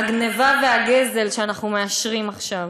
הגנבה והגזל שאנחנו מאשרים עכשיו.